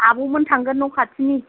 आब'मोन थांगोन न' खाथिनि